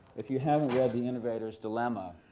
if you haven't read the innovator's dilemma,